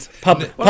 public